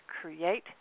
create